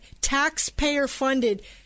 taxpayer-funded –